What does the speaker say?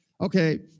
Okay